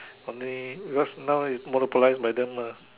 only because now is monopolized by them mah